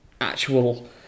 actual